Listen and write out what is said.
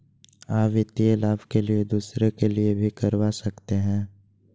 आ वित्तीय लाभ के लिए दूसरे के लिए भी करवा सकते हैं?